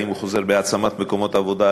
האם הוא חוזר בהעצמת מקומות עבודה,